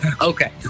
Okay